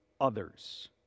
others